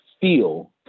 feel